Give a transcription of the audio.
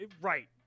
Right